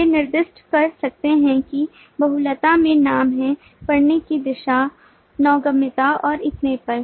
वे निर्दिष्ट कर सकते हैं कि बहुलता में नाम है पढ़ने की दिशा नौगम्यता और इतने पर